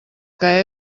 que